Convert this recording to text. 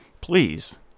please